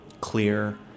clear